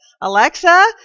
Alexa